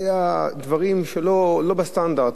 היה דברים שלא היו בסטנדרט,